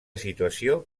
situació